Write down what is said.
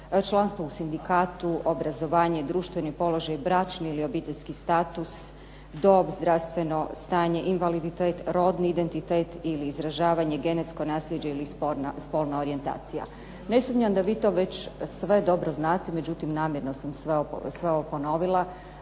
članstvo u sindikatu, obrazovanje, društveni položaj, bračni ili obiteljski status, dob, zdravstveno stanje, invaliditet, rodni identitet ili izražavanje, genetsko nasljeđe ili solna orijentacija. Ne sumnjam da vi to već sve dobro znate, međutim namjerno sam sve ovo ponovila